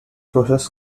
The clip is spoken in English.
process